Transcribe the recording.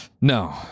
No